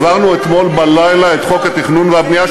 העברנו אתמול בלילה את חוק התכנון והבנייה,